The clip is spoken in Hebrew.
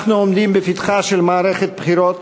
אנחנו עומדים בפתחה של מערכת בחירות,